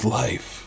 life